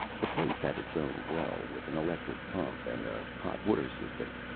the place had its own well, with an electric pump and a hot-water system